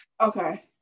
Okay